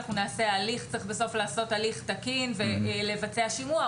אנחנו נעשה הליך תקין ונבצע שימוע.